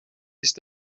ist